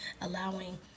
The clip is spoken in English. allowing